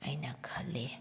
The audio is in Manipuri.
ꯑꯩꯅ ꯈꯜꯂꯤ